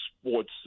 sports